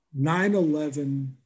9-11